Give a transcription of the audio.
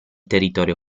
territorio